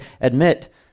admit